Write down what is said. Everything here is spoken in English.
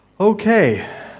Okay